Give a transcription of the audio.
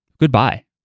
goodbye